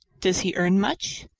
does he earn much?